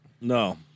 No